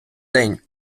день